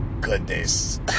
goodness